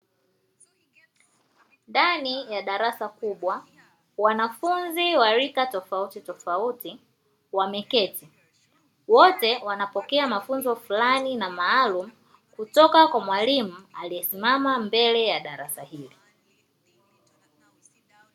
Ndani ya darasa kubwa, wanafunzi wa rika tofautitofauti wameketi. Wote wanapokea mafunzo fulani na maalumu kutoka kwa mwalimu aliyesimama mbele ya darasa hili.